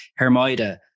Hermida